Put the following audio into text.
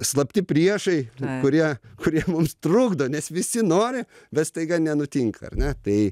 slapti priešai kurie kurie mums trukdo nes visi nori bet staiga nenutinka ar ne tai